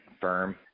firm